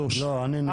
לא, אני נגד.